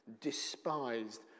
despised